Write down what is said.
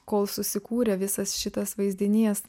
kol susikūrė visas šitas vaizdinys